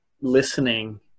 listening